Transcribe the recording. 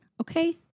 Okay